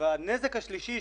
והנזק השלישי,